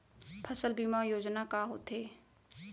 फसल बीमा योजना का होथे?